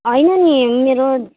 होइन नि मेरो